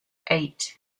eight